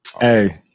Hey